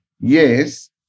Yes